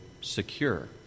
secure